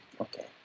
Okay